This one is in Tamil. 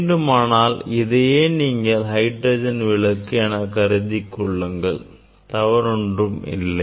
வேண்டுமானால் இதையே நீங்கள் ஹைட்ரஜன் விளக்கு எனக் கருதிக் கொள்ளுங்கள் தவறொன்றுமில்லை